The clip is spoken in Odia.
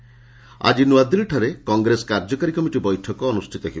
କଂଗ୍ରେସ ମିଟିଂ ଆକି ନୂଆଦିଲ୍ଲୀଠାରେ କଂଗ୍ରେସ କାର୍ଯ୍ୟକାରୀ କମିଟି ବୈଠକ ଅନୁଷ୍ଠିତ ହେବ